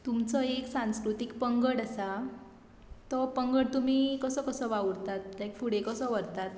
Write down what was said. तुमचो एक संस्कृतीक पंगड आसा तो पंगड तुमी कसो कसो वावुरतात फुडें कसो व्हरतात